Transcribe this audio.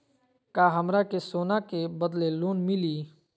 का हमरा के सोना के बदले लोन मिलि?